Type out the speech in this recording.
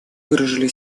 выражали